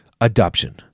adoption